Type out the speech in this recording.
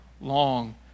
long